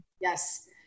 Yes